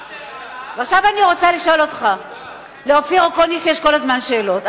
אבל ההעלאה, לאופיר אקוניס יש כל הזמן שאלות.